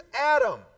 Adam